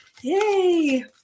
yay